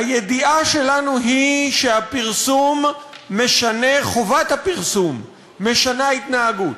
הידיעה שלנו היא שחובת הפרסום משנה התנהגות.